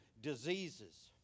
diseases